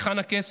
מהיכן הכסף?